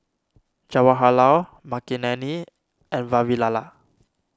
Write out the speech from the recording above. Jawaharlal Makineni and Vavilala